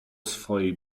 swojej